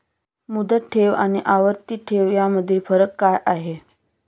मुदत ठेव आणि आवर्ती ठेव यामधील फरक काय आहे?